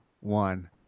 one